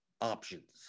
Options